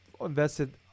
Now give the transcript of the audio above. invested